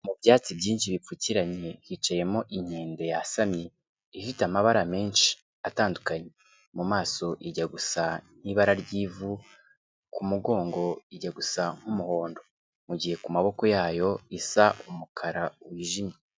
Mu byatsi byinshi bipfukiranye hicayemo inkende yasamye, ifite amabara menshi atandukanye: mu maso ijya gusa n'ibara ry'ivu, ku mugongo ijya gusa nk'umuhondo, mu gihe ku maboko yayo isa umukara wijimye.